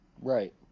right